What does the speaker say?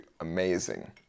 amazing